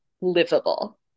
livable